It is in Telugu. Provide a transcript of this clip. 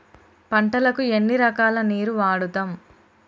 పంటలకు ఎన్ని రకాల నీరు వాడుతం?